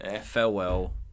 Farewell